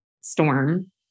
storm